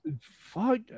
fuck